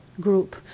group